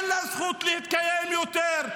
אין לה זכות להתקיים יותר,